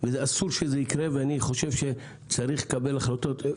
אסור שזה יקרה, ואני חושב שצריך לקבל החלטות.